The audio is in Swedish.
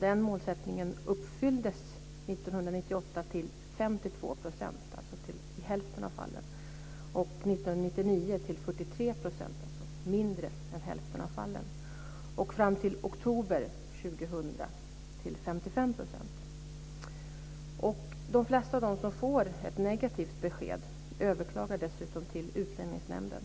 Den målsättningen uppfylldes 1998 till 52 %, dvs. i hälften av fallen, 1999 till 43 %, dvs. i mindre än hälften av fallen, och fram till oktober 2000 till 55 %. De flesta av dem som får ett negativt besked överklagar dessutom till Utlänningsnämnden.